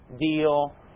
deal